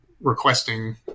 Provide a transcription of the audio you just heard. requesting